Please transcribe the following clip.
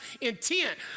intent